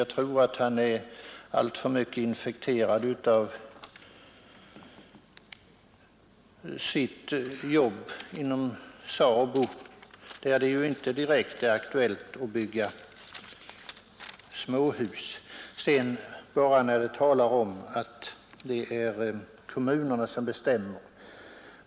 Han är nog alltför infekterad av sitt arbete inom SABO, där det inte direkt är aktuellt att bygga småhus. Sedan har det talats om att det i första hand är kommunerna som bestämmer.